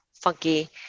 funky